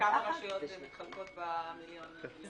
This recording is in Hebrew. כמה רשויות מתחלקות במיליון וחצי הזה?